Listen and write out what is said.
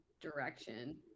direction